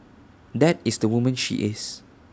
that is the woman she is